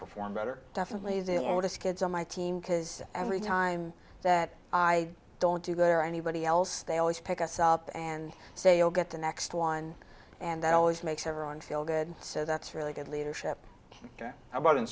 perform better definitely the oldest kids on my team because every time i don't do that or anybody else they always pick us up and say i'll get the next one and that always makes everyone feel good so that's really good leadership about